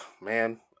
man